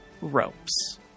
Ropes